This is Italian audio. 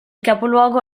capoluogo